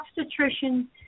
obstetrician